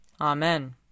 Amen